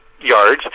yards